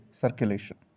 circulation